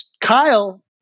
Kyle